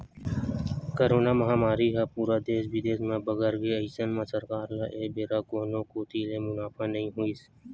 corona महामारी ह पूरा देस बिदेस म बगर गे अइसन म सरकार ल ए बेरा कोनो कोती ले मुनाफा नइ होइस